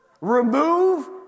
Remove